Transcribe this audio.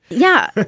yeah.